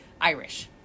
Irish